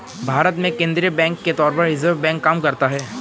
भारत में केंद्रीय बैंक के तौर पर रिज़र्व बैंक काम करता है